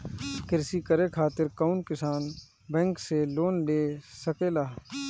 कृषी करे खातिर कउन किसान बैंक से लोन ले सकेला?